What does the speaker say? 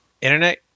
internet